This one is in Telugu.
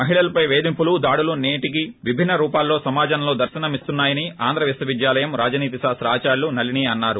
మహిళలపై వేధింపులు దాడులు నేటికీ విభిన్స రూపాలలో సమాజంలో దర్శనమిస్తున్నాయని ఆంధ్ర విశ్వవిద్యాలయం రాజనీతి శాస్త్ర ఆదార్యలు నళిని అన్నారు